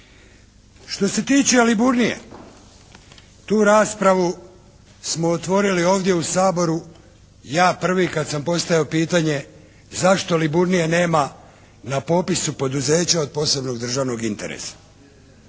Što se tiče "Liburnije", tu raspravu smo otvorili ovdje u Saboru, ja prvi kad sam postavio pitanje zašto "Liburnije" nema na popisu poduzeća od posebnog državnog interesa.